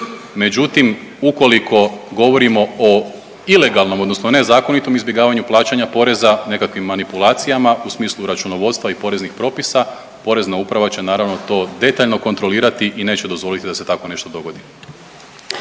Međutim, ukoliko govorimo o ilegalnom odnosno nezakonitom izbjegavanju plaćanja poreza nekakvim manipulacijama u smislu računovodstva i poreznih propisa Porezna uprava će naravno to detaljno kontrolirati i neće dozvoliti da se tako nešto dogodi.